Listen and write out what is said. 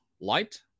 light